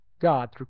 God